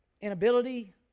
inability